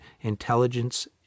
intelligence